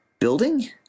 building